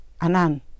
Anan